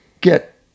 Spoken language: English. get